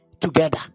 together